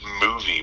movie